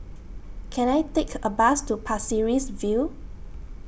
Can I Take A Bus to Pasir Ris View